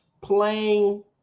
playing